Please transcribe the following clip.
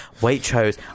Waitrose